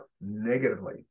negatively